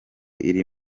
iri